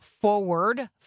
forward